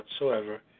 whatsoever